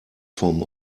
vom